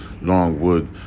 Longwood